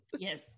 yes